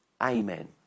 Amen